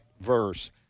verse